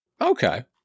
Okay